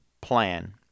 plan